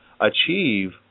achieve